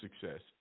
success